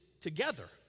together